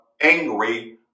angry